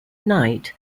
night